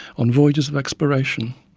on voyages of exploration.